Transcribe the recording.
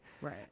Right